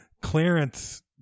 clearance